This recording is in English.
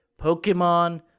Pokemon